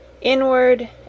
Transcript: INWARD